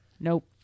Nope